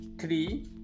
three